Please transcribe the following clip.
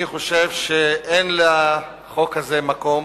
אני חושב שאין לחוק הזה מקום,